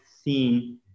seen